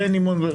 הרינו כך וכך.